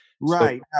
Right